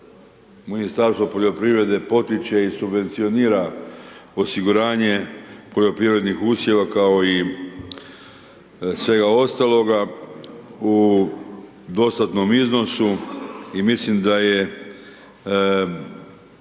Ministarstvo poljoprivrede, potiče i subvencionira osiguranje poljoprivrednih usjeva kao i svega ostaloga u dostatnom iznosu i mislim da je